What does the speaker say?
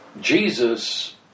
Jesus